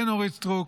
כן, אורית סטרוק,